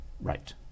Right